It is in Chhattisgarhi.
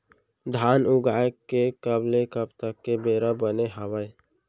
धान उगाए के कब ले कब तक के बेरा बने हावय?